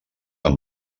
amb